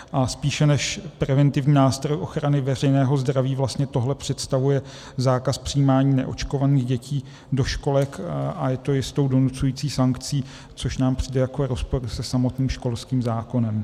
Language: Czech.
A spíše než preventivní nástroj ochrany veřejného zdraví vlastně tohle představuje zákaz přijímání neočkovaných dětí do školek a je to jistou donucující sankcí, což nám přijde jako rozpor se samotným školským zákonem.